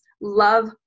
love